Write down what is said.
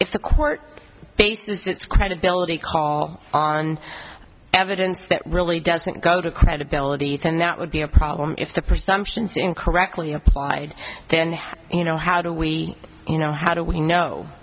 if the court bases its credibility call on evidence that really doesn't go to credibility then that would be a problem if the presumption same correctly applied then you know how do we you know how do we